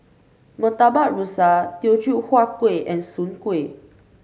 Murtabak Rusa Teochew Huat Kuih and Soon Kuih